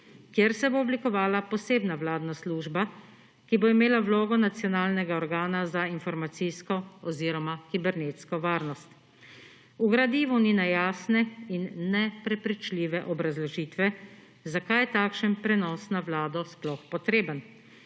kjer se bo oblikovala posebna vladna služba, ki bo imela vlogo nacionalnega organa za informacijsko oziroma kibernetsko varnost. V gradivu ni ne jasne in ne prepričljive obrazložitve zakaj je takšen na Vlado sploh potreben.